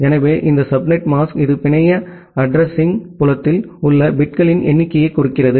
எனவே இந்த subnet mask இது பிணைய அட்ரஸிங்புலத்தில் உள்ள பிட்களின் எண்ணிக்கையைக் குறிக்கிறது